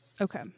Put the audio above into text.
okay